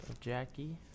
Jackie